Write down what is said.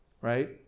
right